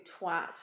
twat